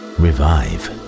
revive